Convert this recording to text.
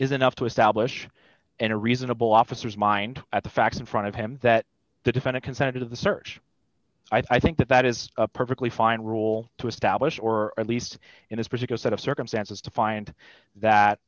is enough to establish in a reasonable officers mind at the facts in front of him that the defendant consented to the search i think that that is a perfectly fine rule to establish or at least in this particular set of circumstances to find that